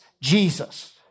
Jesus